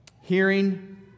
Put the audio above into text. hearing